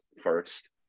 first